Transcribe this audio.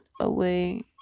away